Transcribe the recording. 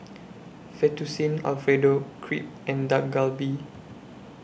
Fettuccine Alfredo Crepe and Dak Galbi